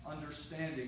understanding